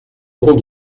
bon